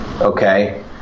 okay